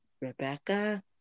Rebecca